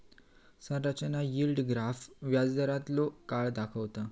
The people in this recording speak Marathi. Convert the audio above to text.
संरचना यील्ड ग्राफ व्याजदारांतलो काळ दाखवता